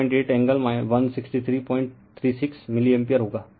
यह 2978 angle 16336 o milliampere हो जाएगा